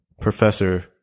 professor